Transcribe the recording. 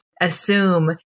assume